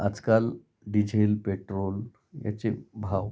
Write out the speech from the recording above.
आजकाल diesel petrol याचे भाव